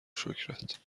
شکرت